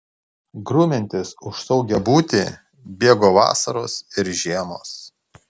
grumiantis už saugią būtį bėgo vasaros ir žiemos